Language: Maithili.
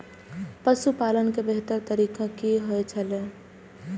पशुपालन के बेहतर तरीका की होय छल?